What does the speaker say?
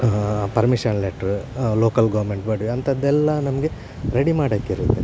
permission letter local government body ಅಂಥದ್ದೆಲ್ಲ ನಮಗೆ ready ಮಾಡೋಕ್ಕಿರುತ್ತೆ